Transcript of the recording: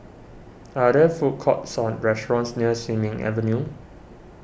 are there food courts or restaurants near Sin Ming Avenue